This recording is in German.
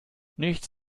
nichts